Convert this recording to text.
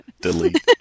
Delete